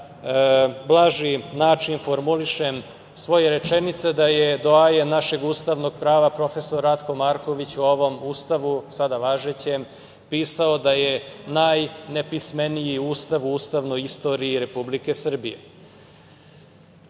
blaži način formulišem svoje rečenice, da je doajen našeg ustavnog prava profesor Ratko Marković o ovom Ustavu, sada važećem, pisao da je najnepismeniji Ustav u ustavnoj istoriji Republike Srbije.